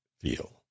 feel